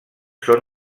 són